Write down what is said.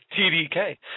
TDK